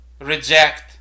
reject